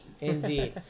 Indeed